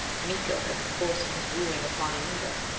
miko had been forcing his wooing upon anita.